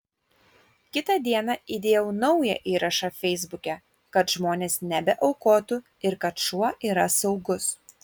kitą dieną įdėjau naują įrašą feisbuke kad žmonės nebeaukotų ir kad šuo yra saugus